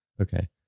Okay